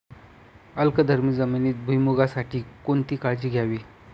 अल्कधर्मी जमिनीत भुईमूगासाठी कोणती काळजी घ्यावी?